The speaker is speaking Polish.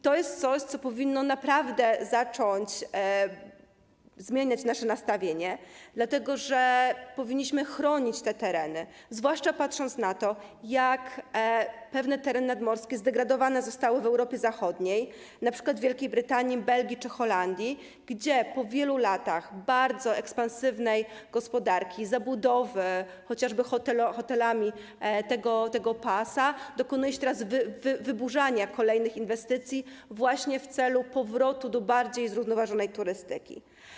To jest coś, co powinno zacząć zmieniać nasze nastawienie, dlatego że powinniśmy chronić te tereny, zwłaszcza patrząc na to, jak niektóre tereny nadmorskie zdegradowane zostały w Europie Zachodniej, np. w Wielkiej Brytanii, Belgii czy Holandii, gdzie po wielu latach bardzo ekspansywnej gospodarki, zabudowy tego pasa chociażby hotelami, dokonuje się teraz wyburzania kolejnych inwestycji właśnie w celu powrotu do bardziej zrównoważonej turystyki.